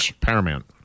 Paramount